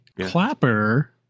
Clapper